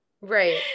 right